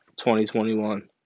2021